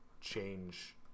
change